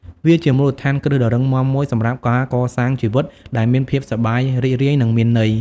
វាជាមូលដ្ឋានគ្រឹះដ៏រឹងមាំមួយសម្រាប់ការកសាងជីវិតដែលមានភាពសប្បាយរីករាយនិងមានន័យ។